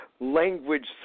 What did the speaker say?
language